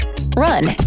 run